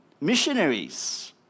missionaries